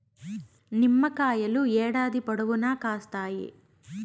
నిమ్మకాయలు ఏడాది పొడవునా కాస్తాయి